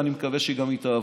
ואני מקווה שהיא גם תעבור